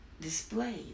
displayed